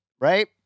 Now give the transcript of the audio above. right